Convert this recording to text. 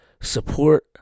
Support